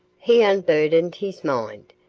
he unburdened his mind,